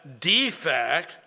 defect